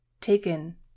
taken